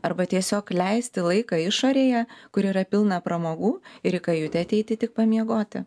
arba tiesiog leisti laiką išorėje kur yra pilna pramogų ir į kajutę ateiti tik pamiegoti